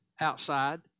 outside